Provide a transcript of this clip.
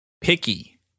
Picky